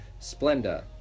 splenda